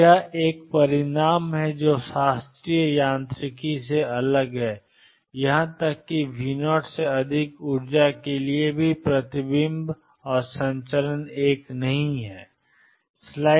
तो यह एक और परिणाम है जो शास्त्रीय यांत्रिकी से अलग है यहां तक कि V0 से अधिक ऊर्जा के लिए भी प्रतिबिंब है और संचरण 1 नहीं है